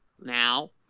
Now